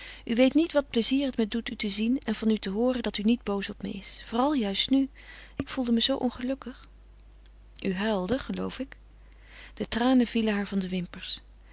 u weet niet wat een plezier het me doet u te zien en van u te hooren dat u niet boos op me is vooral juist nu ik voelde me zoo ongelukkig u huilde geloof ik de tranen vielen haar van de wimpers